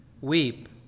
weep